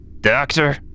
Doctor